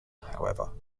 however